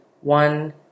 one